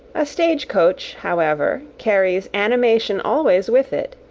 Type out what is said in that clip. a stage-coach, however, carries animation always with it,